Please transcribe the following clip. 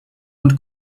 und